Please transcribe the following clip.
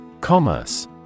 Commerce